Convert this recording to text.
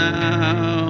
now